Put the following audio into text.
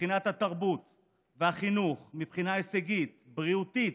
מבחינת התרבות והחינוך, מבחינה הישגית, בריאותית,